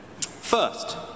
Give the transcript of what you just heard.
First